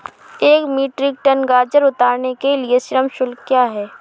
एक metric tonne गाजर उतारने के लिए श्रम शुल्क क्या है?